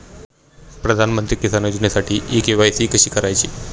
प्रधानमंत्री किसान योजनेसाठी इ के.वाय.सी कशी करायची?